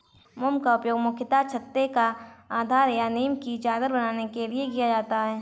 मोम का उपयोग मुख्यतः छत्ते के आधार या नीव की चादर बनाने के लिए किया जाता है